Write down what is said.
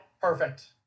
perfect